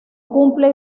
cumple